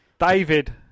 David